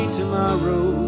tomorrow